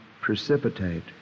precipitate